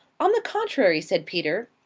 on the contrary, said peter.